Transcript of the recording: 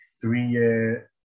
three-year